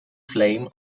flame